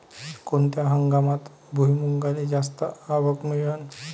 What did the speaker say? कोनत्या हंगामात भुईमुंगाले जास्त आवक मिळन?